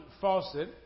Fawcett